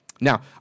Now